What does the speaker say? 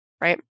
right